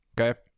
Okay